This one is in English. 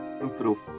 improve